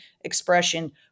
expression